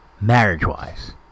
marriage-wise